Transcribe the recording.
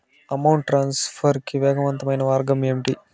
amount transfer కి వేగవంతమైన మార్గం ఏంటి